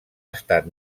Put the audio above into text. estat